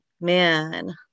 man